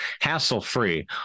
hassle-free